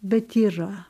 bet yra